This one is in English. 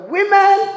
Women